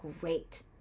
great